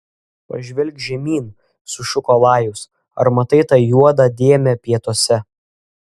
pažvelk žemyn sušuko lajus ar matai tą juodą dėmę pietuose